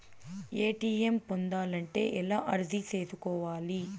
ATM పొందాలంటే ఎలా అర్జీ సేసుకోవాలి?